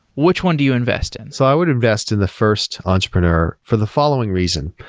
which one do you invest in? so i would invest in the first entrepreneur for the following reason,